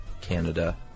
Canada